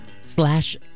slash